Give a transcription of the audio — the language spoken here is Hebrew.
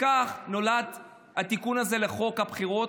כך נולד התיקון הזה לחוק הבחירות.